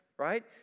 right